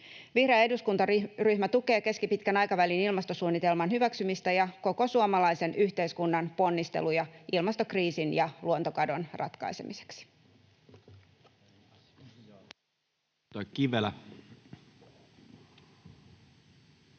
Vihreä eduskuntaryhmä tukee keskipitkän aikavälin ilmastosuunnitelman hyväksymistä ja koko suomalaisen yhteiskunnan ponnisteluja ilmastokriisin ja luontokadon ratkaisemiseksi. [Speech